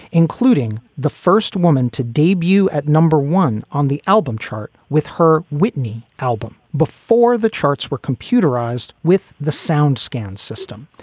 including the first woman to debut at number one on the album chart with her whitney album before the charts were computerized with the soundscan system.